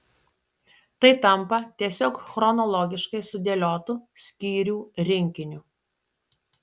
tai tampa tiesiog chronologiškai sudėliotu skyrių rinkiniu